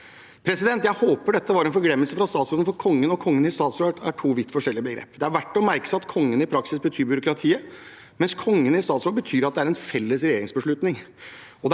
styrkes.» Jeg håper dette var en forglemmelse fra statsråden, for «Kongen» og «Kongen i statsråd» er to vidt forskjellige begrep. Det er verdt å merke seg at «Kongen» i praksis betyr byråkratiet, mens «Kongen i statsråd» betyr at det er en felles regjeringsbeslutning.